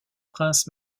princes